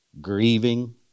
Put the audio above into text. grieving